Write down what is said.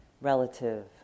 relative